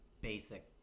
basic